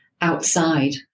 outside